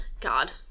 God